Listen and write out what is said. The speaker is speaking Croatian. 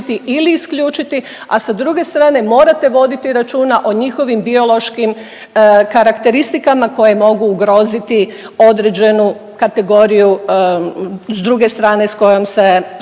ili isključiti, a sa druge strane morate voditi računa o njihovim biološkim karakteristikama koje mogu ugroziti određenu kategoriju s druge strane s kojom se natječu.